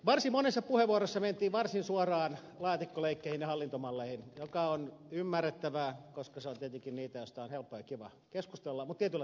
varsin monessa puheenvuorossa mentiin varsin suoraan laatikkoleikkeihin ja hallintomalleihin mikä on ymmärrettävää koska se on tietenkin niitä asioita joista on helppo ja kiva keskustella mutta tietyllä tavalla surullista